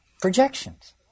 projections